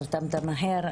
נרתמת מהר.